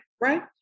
right